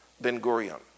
Ben-Gurion